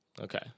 Okay